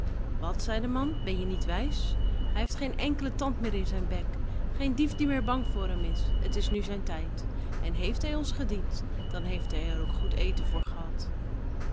wat zei de man ben je niet wijs hij heeft geen enkelen tand meer in zijn bek geen dief die meer bang voor hem is t is nu zijn tijd en heeft hij ons gediend dan heeft hij er ook goed eten voor gehad